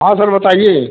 हाँ सर बताइए